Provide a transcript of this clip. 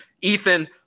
Ethan